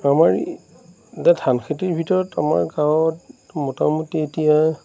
আমাৰ ধানখেতিৰ ভিতৰত আমাৰ গাঁৱত মোটামুটি এতিয়া